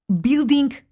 building